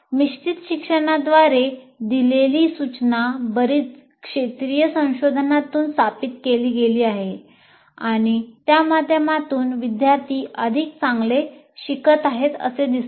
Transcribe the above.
मिश्रित शिक्षणाद्वारे दिलेली सूचना बरीच क्षेत्रीय संशोधनातून स्थापित केली गेली आहे आणि त्या माध्यमातून विद्यार्थी अधिक चांगले शिकत आहेत असे दिसते